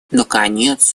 наконец